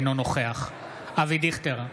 אינו נוכח אבי דיכטר,